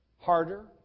Harder